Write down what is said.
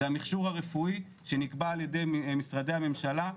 זה המכשור הרפואי שנקבע על ידי משרדי הממשלה.